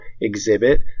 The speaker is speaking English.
exhibit